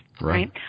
right